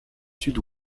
sud